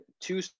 two